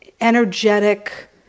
energetic